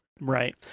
Right